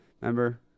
Remember